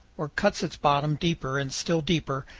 or cuts its bottom deeper and still deeper,